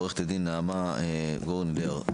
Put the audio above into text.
עו"ד נעמה גורני לר,